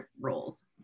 roles